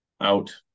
out